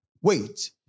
wait